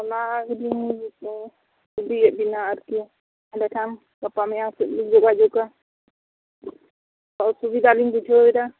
ᱚ ᱚᱱᱟ ᱜᱮᱞᱤᱧ ᱠᱩᱞᱤᱭᱮᱫ ᱵᱮᱱᱟ ᱟᱨᱠᱤ ᱛᱟᱦᱮᱞᱮ ᱠᱷᱟᱱ ᱜᱟᱯᱟ ᱢᱮᱭᱟᱝ ᱥᱮᱫ ᱞᱤᱧ ᱡᱳᱜᱟᱡᱳᱜᱟ ᱚᱥᱩᱵᱤᱫᱟ ᱞᱤᱧ ᱵᱩᱡᱷᱟᱹᱣ ᱮᱫᱟ